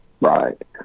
Right